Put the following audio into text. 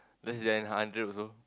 less than hundred also